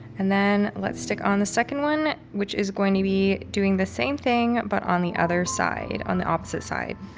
and then, then let's stick on the second one, which is going to be doing the same thing, but on the other side, on the opposite side.